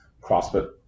CrossFit